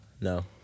No